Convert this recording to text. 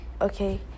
okay